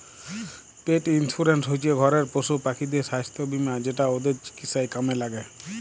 পেট insurance হচ্যে ঘরের পশুপাখিদের সাস্থ বীমা যেটা ওদের চিকিৎসায় কামে ল্যাগে